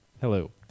hello